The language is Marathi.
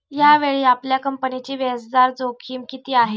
यावेळी आपल्या कंपनीची व्याजदर जोखीम किती आहे?